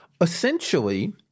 essentially